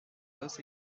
dos